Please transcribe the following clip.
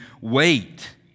wait